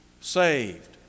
saved